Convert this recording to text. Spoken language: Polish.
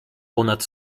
ponad